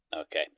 Okay